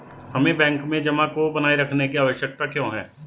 हमें बैंक में जमा को बनाए रखने की आवश्यकता क्यों है?